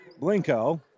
Blinko